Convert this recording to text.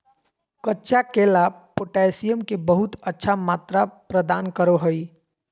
कच्चा केला पोटैशियम के बहुत अच्छा मात्रा प्रदान करो हइ